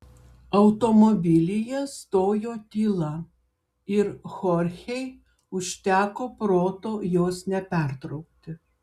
automobilyje stojo tyla ir chorchei užteko proto jos nepertraukti